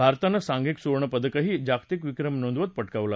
भारतानं सांघिक सुवर्णपदकही जागतिक विक्रम नोंदवत पटकावलं